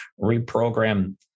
reprogram